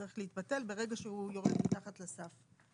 צריך להתבטל ברגע שהוא יורד מתחת לסף?